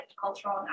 cultural